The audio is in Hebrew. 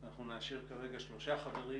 אנחנו נאשר כרגע שלושה חברים,